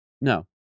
No